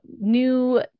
new